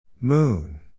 Moon